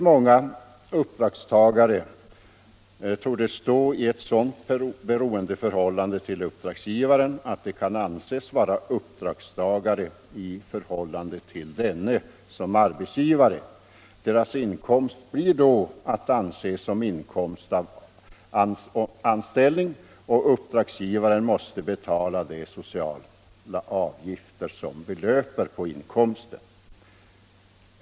Många uppdragstagare torde stå i ett sådant beroendeförhållande till sina uppdragsgivare att de kan anses vara uppdragstagare i förhållande till denne som arbetsgivare. Deras inkomst blir då att anse som inkomst av anställning; och uppdragsgivaren måste betala de sociala avgifter som belöper på inkomsten.